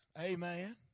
Amen